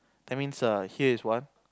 that means err here is one